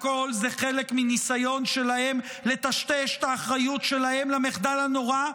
הכול זה חלק מניסיון שלהם לטשטש את האחריות שלהם למחדל הנורא,